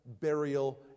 burial